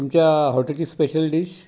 तुमच्या हॉटेलची special dish